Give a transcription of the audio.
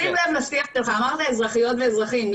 אמרת אזרחיות ואזרחים,